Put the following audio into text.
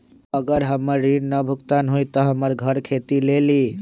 अगर हमर ऋण न भुगतान हुई त हमर घर खेती लेली?